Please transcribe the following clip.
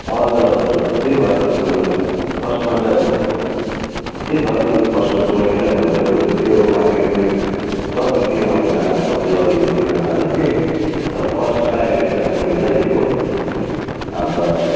हजुर हजुर हजुर त्यही भएर त म फर्स्टमा चाहिँ अब त्यही भएर त फर्स्टमा चाहिँ बहिनीलाई कल गरेको हुनु त त्यो मार्केटमा छ दुई तिन अरूजना सब्जीवाले चिनाजानहरू कि तर फर्स्ट प्रायोरिटी चाहिँ बहिनीलाई दिएको अन्त